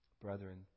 Brethren